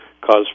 cause